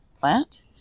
plant